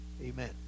amen